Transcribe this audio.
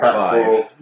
five